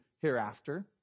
hereafter